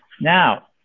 Now